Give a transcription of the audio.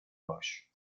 باش